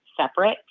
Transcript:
separate